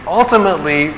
ultimately